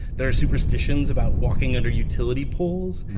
there are superstitions about walking under utility poles,